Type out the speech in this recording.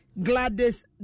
Gladys